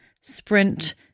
sprint